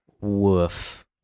Woof